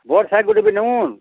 ବଡ଼୍ ସାଇକେଲ୍ଟେ ବି ନେଉନ୍